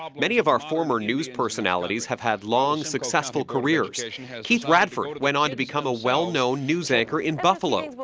um many of our former news personalities have had long, successful careers. keith radford went on to become a well-known news anchor in buffalo. but